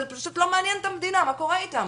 זה פשוט לא מעניין את המדינה מה קורה איתם,